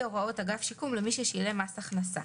הוראות אגף שיקום למי ששילם מס הכנסה,